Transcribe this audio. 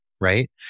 Right